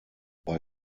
bei